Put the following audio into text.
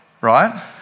right